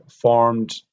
formed